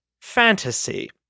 Fantasy